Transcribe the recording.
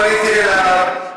הפנאטית הקיצונית אשר